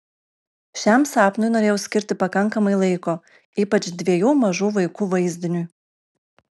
šiam sapnui norėjau skirti pakankamai laiko ypač dviejų mažų vaikų vaizdiniui